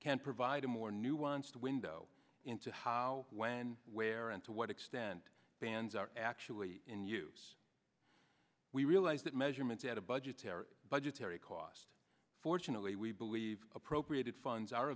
can provide a more nuanced window into how when where and to what extent bands are actually in use we realize that measurements at a budgetary budgetary cost fortunately we believe appropriated funds are